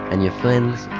and your friends